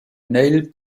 neil